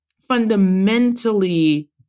fundamentally